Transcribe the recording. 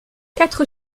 quatre